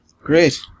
Great